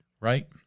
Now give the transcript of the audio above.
Right